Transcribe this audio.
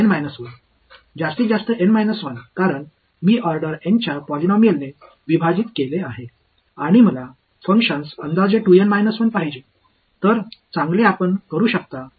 மாணவர்N 1 N 1 அதிகபட்சம் ஏனெனில் நான் N இன் வரிசையின் பாலினாமியல் வகுக்கப்பட்டுள்ளேன் மேலும் 2 N 1 ஐ வரிசை செய்ய செயல்பாட்டு தோராயத்தை விரும்புகிறேன்